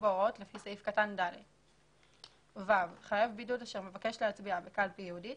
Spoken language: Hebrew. בהוראות לפי סעיף קטן (ד).ׁ חייב בידוד אשר מבקש להצביע בקלפי ייעודית,